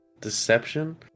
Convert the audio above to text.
Deception